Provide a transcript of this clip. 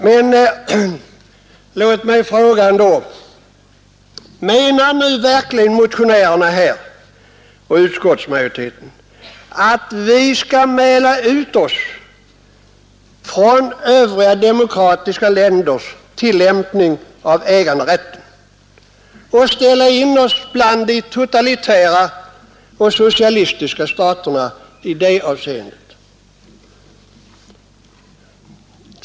Men låt mig ändå fråga: Menar nu verkligen motionärerna och utskottsmajoriteten, att vi skall mäla ut oss från de övriga demokratiska ländernas tillämpning av äganderätten och ställa in oss bland de totalitära och socialistiska staterna i detta avseende?